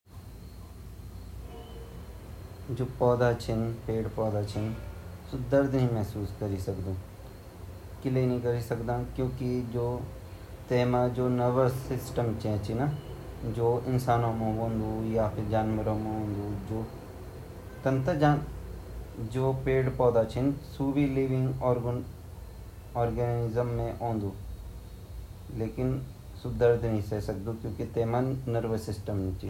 अगर हम अपनी इंसानी तौर पर देख्याना ता हामु लगन की भई पेड़ कटान ता वेपर भी भोत दर्द वन किलेकी वेपर बे पाणी निकन वेपरबे दूध निकन ता हमते लगन की वेपर भोत दर्द वन पर जब हम साइंसए तरफ बे देखन ताब वेमा क्वे दर्द नी मतलब वेमा जीवन था छे ची पर वेमा ना यु दर्द फील कानो क्वे नर्वस सिस्टम नई ची ता वेते दर्द नी वोन इले हम पेड़ काट लयन की चल भाई येपार दर्द नई वोडु वाल पर हामु लगन की ना- ना भाई एपर दर्द वोणु छे ची।